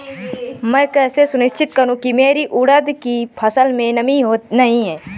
मैं कैसे सुनिश्चित करूँ की मेरी उड़द की फसल में नमी नहीं है?